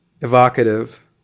evocative